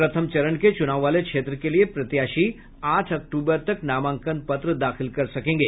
प्रथम चरण के चुनाव वाले क्षेत्र के लिए प्रत्याशी आठ अक्टूबर तक नामांकन पत्र दाखिल कर सकेंगे